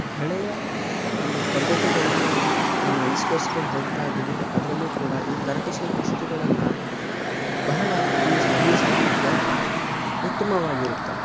ಹಳೆಯ ಒಂದು ಪದ್ಧತಿಗಳನ್ನು ನಾವು ಅನ್ಸ್ಕರ್ಸ್ಕೊಂಡ್ ಹೋಗ್ತಾ ಇದ್ದೀವಿ ಅದರಲ್ಲೂ ಕೂಡ ಈ ಕರಕುಶಲ ವಸ್ತುಗಳನ್ನು ಬಹಳ ಯೂಸ್ ಯೂಸ್ ಮಾಡಿದ್ರೆ ಉತ್ತಮವಾಗಿರುತ್ತೆ